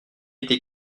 été